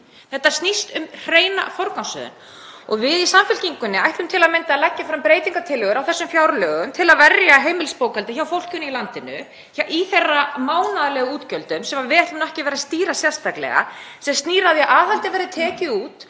Þetta snýst um hreina forgangsröðun og við í Samfylkingunni ætlum til að mynda að leggja fram breytingartillögur við þessi fjárlög til að verja heimilisbókhaldið hjá fólkinu í landinu í þeirra mánaðarlegum útgjöldum, sem við ætlum nú ekki að stýra sérstaklega, sem snýr að því að aðhaldið verði tekið út